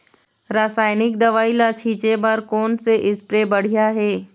रासायनिक दवई ला छिचे बर कोन से स्प्रे बढ़िया हे?